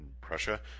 Prussia